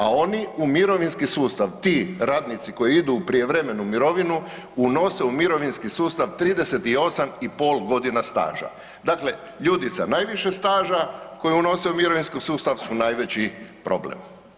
A oni u mirovinski sustav, ti radnici koji idu u prijevremenu mirovinu, unose u mirovinski sustav 38,5.g. staža, dakle ljudi sa najviše staža koji unose u mirovinski sustav su najveći problem.